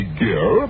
girl